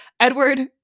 Edward